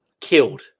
killed